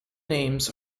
names